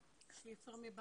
קרן וייס